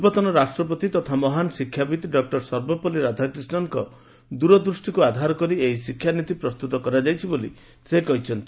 ପୂର୍ବତନ ରାଷ୍ଟ୍ରପତି ତଥା ମହାନ୍ ଶିକ୍ଷାବିତ୍ ଡକ୍ର ସର୍ବପଲ୍ଲୀ ରାଧାକ୍ରିଷ୍ଣନଙ୍କ ଦୂରଦୂଷ୍ଟିକୁ ଆଧାର କରି ଏହି ଶିକ୍ଷାନୀତି ପ୍ରସ୍ତୁତ କରାଯାଇଛି ବୋଲି ସେ କହିଛନ୍ତି